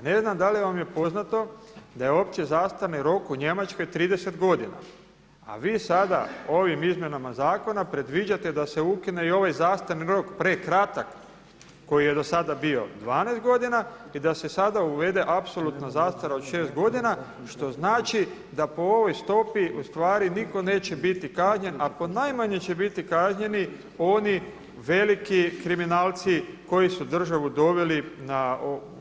Ja ne znam da li vam je poznato da je opći zastarni rok u Njemačkoj 30 godina a vi sada ovim izmjenama zakona predviđate da se ukine i ovaj zastarni rok prekratak koji je do sada bio 12 godina i da se sada uvede apsolutna zastara od 6 godina što znači da po ovoj stopi ustvari nitko neće biti kažnjen a po najmanje će biti kažnjeni oni veliki kriminalci koji su državu doveli